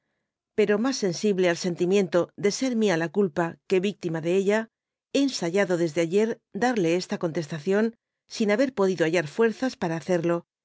pero mas sensible al sentimiento de ser mia la culpa que victima de ella hé ensayado desde ayer darle esta contestación sin bsiber podido hallar luerzaspara hacerlo